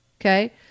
Okay